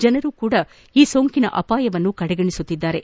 ಜನರು ಕೂಡ ಈ ಸೋಂಕಿನ ಅಪಾಯವನ್ನು ಕಡೆಗಣಿಸುತ್ತಿದ್ದಾರೆ